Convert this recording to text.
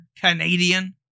Canadian